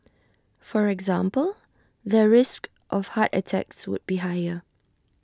for example their risk of heart attacks would be higher